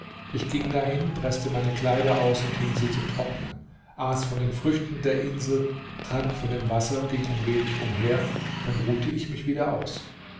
ich ging dahin preßte meine kleider aus und hing sie zum trocken aß von den früchten der insel trank von dem wasser ging ein wenig umher dann ruhte ich mich wieder aus